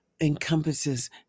encompasses